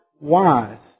wise